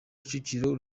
kicukiro